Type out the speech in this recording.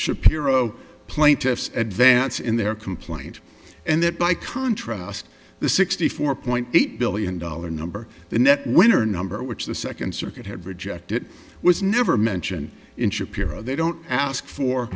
shapiro plaintiffs advance in their complaint and that by contrast the sixty four point eight billion dollar number the net winner number which the second circuit had rejected was never mention in shapiro they don't ask for